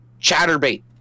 Chatterbait